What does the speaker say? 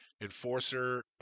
enforcer